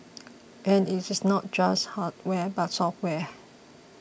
and it is not just hardware but software